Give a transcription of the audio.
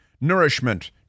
nourishment